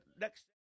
next